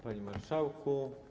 Panie Marszałku!